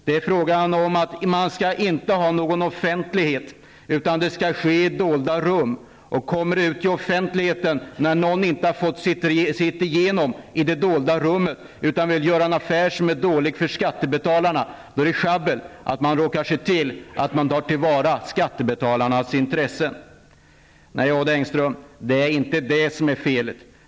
Det är fråga om att man inte skall ha någon offentlighet, utan allt skall ske i dolda rum. Kommer det ut i offentligheten, när någon inte fått igenom sitt i de dolda rummen då det gäller en dålig affär för skattebetalarna, då är det jabbel när man tar till vara skattebetalarnas intressen. Nej, Odd Engström, det är inte det som är felet.